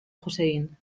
hussein